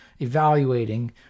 evaluating